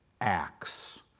acts